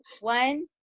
One